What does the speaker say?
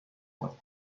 کنید